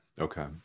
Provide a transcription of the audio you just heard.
okay